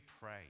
pray